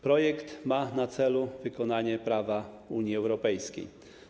Projekt ma na celu wykonanie prawa Unii Europejskiej.